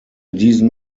diesen